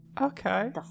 Okay